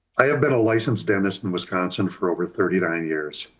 i have been a licensed dentist in wisconsin for over thirty nine years.